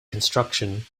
construction